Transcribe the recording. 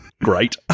great